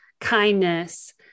kindness